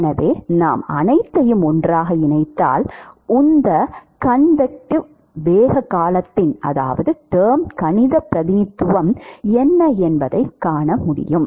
எனவே நாம் அனைத்தையும் ஒன்றாக இணைத்தால் உந்த கன்வெக்டிவ் வேக காலத்தின் கணிதப் பிரதிநிதித்துவம் என்ன என்பதை காணலாம்